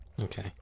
Okay